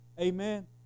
Amen